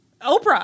Oprah